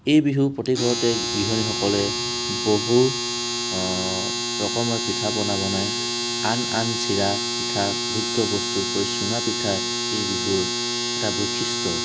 এই বিহুত প্ৰতি ঘৰতে গৃহিণী সকলে বহু ৰকমে পিঠা পনা বনাই আন আন চিৰা পিঠা ভোগ্য বস্তু চুঙা পিঠা এই বিহুৰ এটা বৈশিষ্ট্য